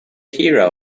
hero